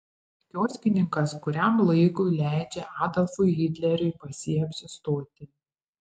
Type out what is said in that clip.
kioskininkas kuriam laikui leidžia adolfui hitleriui pas jį apsistoti